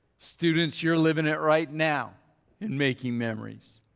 students you're living it right now in making memories.